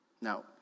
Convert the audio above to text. Now